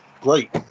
great